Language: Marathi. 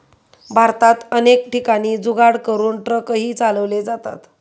भारतात अनेक ठिकाणी जुगाड करून ट्रकही चालवले जातात